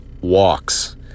walks